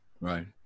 Right